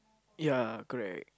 ya correct